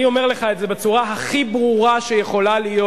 אני אומר לך את זה בצורה הכי ברורה שיכולה להיות,